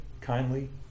kindly